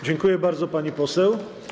Dziękuję bardzo, pani poseł.